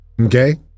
Okay